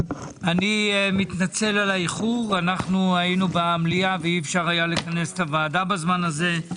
אני מתנצל על האיחור היינו במליאה ואי אפשר לכנס את הוועדה בזמן הזה.